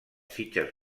fitxes